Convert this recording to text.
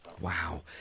Wow